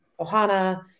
Ohana